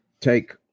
take